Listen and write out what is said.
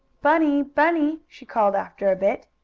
bunny! bunny! she called after a bit.